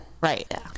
Right